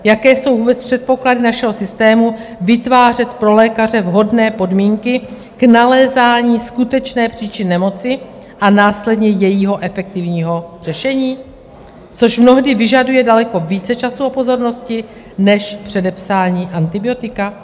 Jaké jsou vůbec předpoklady našeho systému vytvářet pro lékaře vhodné podmínky k nalézání skutečné příčiny nemoci a následně jejího efektivního řešení, což mnohdy vyžaduje daleko více času a pozornosti než předepsání antibiotika?